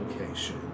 location